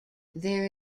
there